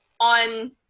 on